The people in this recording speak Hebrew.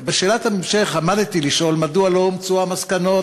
בשאלת ההמשך עמדתי לשאול מדוע לא אומצו המסקנות,